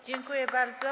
Dziękuję bardzo.